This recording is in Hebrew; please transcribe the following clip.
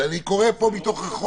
אני קורא פה בחוק.